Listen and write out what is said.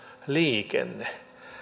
liikenne